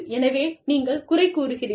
எனவே நீங்கள் குறைக் கூறுகிறீர்கள்